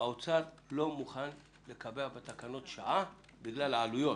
שהאוצר לא מוכן לקבע בתקנות שעה בגלל העלויות.